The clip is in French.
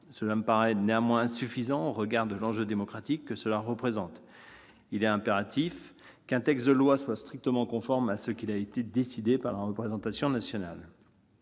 Cela me paraît néanmoins insuffisant au regard de l'enjeu démocratique. Il est impératif qu'un texte de loi soit strictement conforme à ce qui a été décidé par la représentation nationale.